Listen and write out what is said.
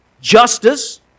justice